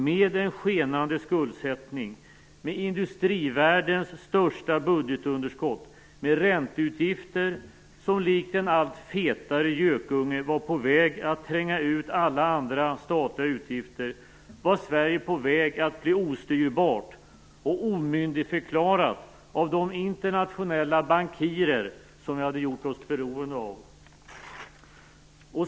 Med en skenande skuldsättning, med industrivärldens största budgetunderskott och med ränteutgifter som likt en allt fetare gökunge var på väg att tränga ut alla andra statliga utgifter var Sverige på väg att bli ostyrbart och omyndigförklarat av de internationella bankirer som vi hade gjort oss beroende av.